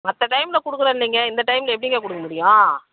மற்ற டைமில் கொடுக்குறோம் இல்லைங்க இந்த டைமில் எப்படிங்க கொடுக்கமுடியும்